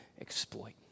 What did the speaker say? exploit